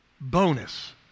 bonus